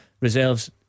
reserves